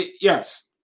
yes